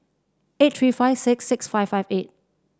eight three five six six five five eight